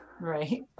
Right